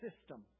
system